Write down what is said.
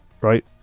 right